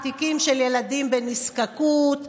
תיקים של ילדים בנזקקות וכד'.